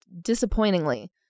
disappointingly